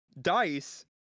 Dice